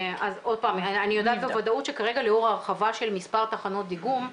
אני יודעת בוודאות שכרגע לאור ההרחבה של מספר תחנות דיגום,